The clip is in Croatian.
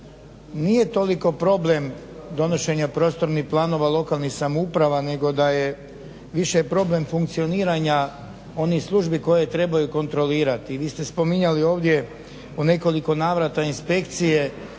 nije toliko problem donošenja prostornih planova lokalnih samouprava nego da je više problem funkcioniranja onih službi koje trebaju kontrolirati. Vi ste spominjali ovdje u nekoliko navrata inspekcije.